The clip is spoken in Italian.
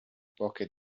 poche